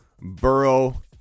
Burrow